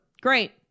Great